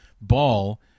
ball